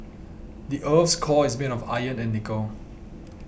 the earth's core is made of iron and nickel